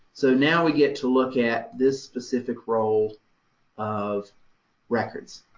so now we get to look at this specific roll of records,